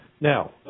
Now